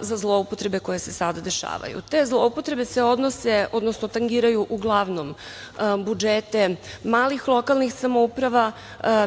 za zloupotrebe koje se sada dešavaju. Te zloupotrebe se odnose, odnosno tangiraju uglavnom budžete malih lokalnih samouprava,